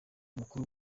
umukuru